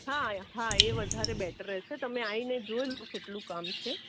હા હા એ વધારે બેટર રહેશે તમે આવીને જોઈ લો કેટલું કામ છે